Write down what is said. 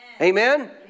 Amen